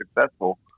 successful